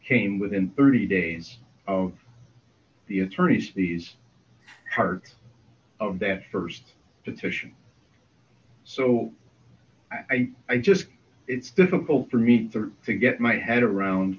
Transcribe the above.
came within thirty days of the attorneys these hundreds of dancers petition so i i just it's difficult for me to get my head around